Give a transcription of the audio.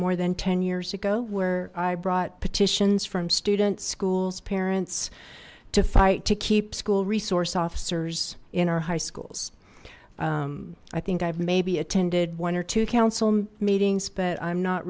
more than ten years ago where i brought petitions from students schools parents to fight to keep school resource officers in our high schools i think i've maybe attended one or two council meetings but i'm not